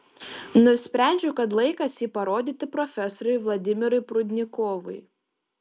nusprendžiau kad laikas jį parodyti profesoriui vladimirui prudnikovui